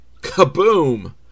Kaboom